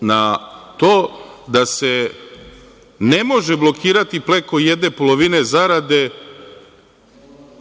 na to, da se ne može blokirati preko jedne polovine zarade